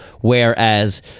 whereas